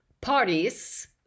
parties